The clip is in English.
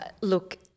look